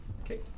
Okay